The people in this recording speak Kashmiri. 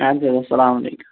ادٕ حظ اسلامُ علیکُم